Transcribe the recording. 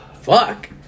Fuck